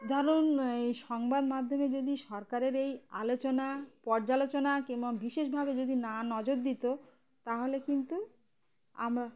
ধরুন এই সংবাদ মাধ্যমে যদি সরকারের এই আলোচনা পর্যালোচনা কিংবা বিশেষভাবে যদি না নজর দিত তাহলে কিন্তু আমরা